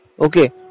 Okay